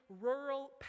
rural